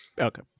Okay